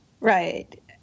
Right